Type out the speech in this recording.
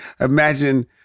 Imagine